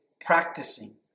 practicing